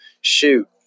shoot